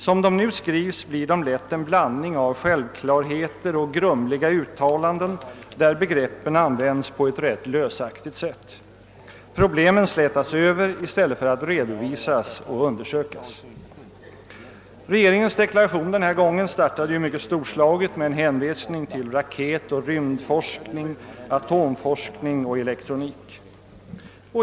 Som de nu skrivs blir de lätt en blandning av självklarheter och grumliga uttalanden där begreppen används på ett ganska lösaktigt sätt. Problemen slätas över i stället för att redovisas och undersökas. Regeringsdeklarationen startade denna gång mycket storslaget med en hänvisning till raketoch rymdforskningen, atomforskning och elektronik.